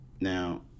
Now